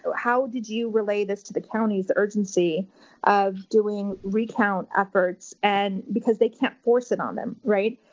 how did you relay this to the counties, the urgency of doing recount efforts? and because they can't force it on them, right?